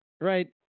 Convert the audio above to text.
right